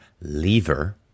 lever